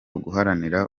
guharanira